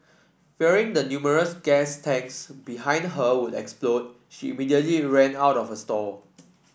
fearing the numerous gas tanks behind her would explode she immediately ran out of her stall